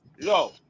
yo